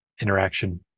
interaction